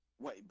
Wait